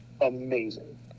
amazing